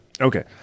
Okay